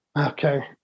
Okay